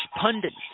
pundits